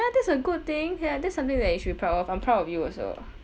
ya that's a good thing ya that's something that you should be proud of I'm proud of you also